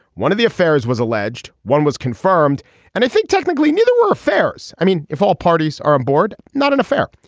one of the affairs was alleged. one was confirmed and i think technically neither were affairs. i mean if all parties are on board not an affair.